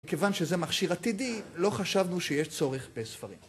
כיוון שזה מכשיר עתידי, לא חשבנו שיש צורך בספרים.